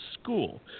school